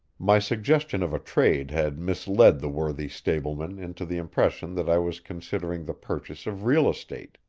my suggestion of a trade had misled the worthy stableman into the impression that i was considering the purchase of real estate.